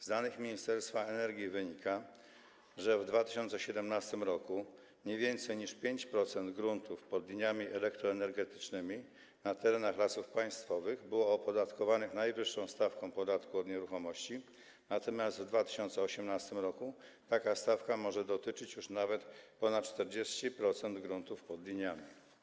Z danych Ministerstwa Energii wynika, że w 2017 r. nie więcej niż 5% gruntów pod liniami elektroenergetycznymi na terenach Lasów Państwowych było opodatkowane najwyższą stawką podatku od nieruchomości, natomiast w 2018 r. taka stawka może dotyczyć już nawet ponad 40% gruntów pod liniami.